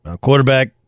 Quarterback